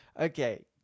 Okay